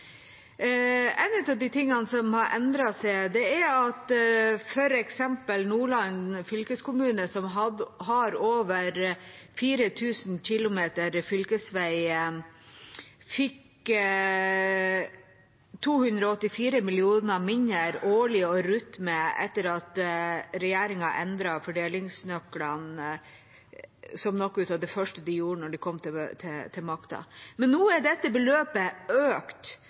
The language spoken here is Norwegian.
En av de tingene som har endret seg, er at f.eks. Nordland fylkeskommune, som har over 4 000 kilometer fylkesvei, fikk 284 mill. kr mindre å rutte med årlig etter at regjeringa endret fordelingsnøklene, som noe av det første de gjorde da de kom til makta. Nå er dette beløpet økt